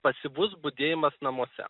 pasyvus budėjimas namuose